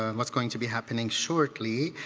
um what's going to be happening shortly.